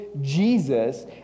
Jesus